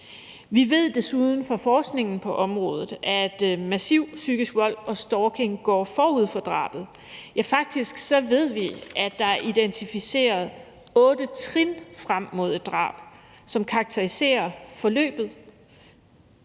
Vi ved desuden fra forskningen på området, at massiv psykisk vold og stalking går forud for drabet. Ja, faktisk ved vi, at der er identificeret otte trin frem mod et drab, som karakteriserer forløbet.